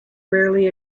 rarely